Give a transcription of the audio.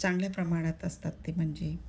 चांगल्या प्रमाणात असतात ते म्हणजे